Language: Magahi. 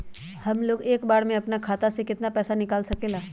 हमलोग एक बार में अपना खाता से केतना पैसा निकाल सकेला?